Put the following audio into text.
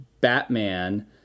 Batman